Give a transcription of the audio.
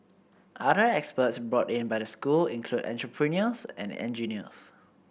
other experts brought in by the school include entrepreneurs and engineers